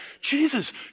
Jesus